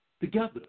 together